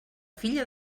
filla